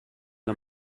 the